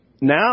Now